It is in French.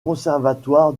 conservatoire